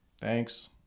thanks